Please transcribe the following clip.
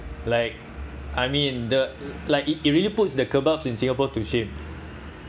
like I mean the like it it really puts the kebabs in singapore to shame